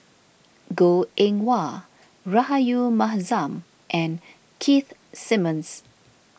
Goh Eng Wah Rahayu Mahzam and Keith Simmons